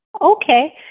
Okay